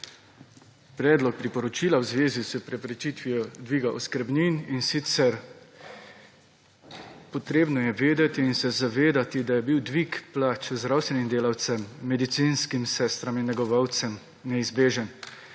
Predlog priporočila v zvezi s preprečitvijo dviga oskrbnin in sicer, potrebno je vedeti in se zavedati, da je bil dvig plač zdravstvenim delavcem, medicinskim sestram in negovalcem neizbežen,